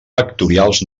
vectorials